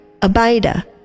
Abida